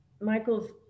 michael's